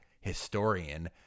historian